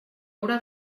haurà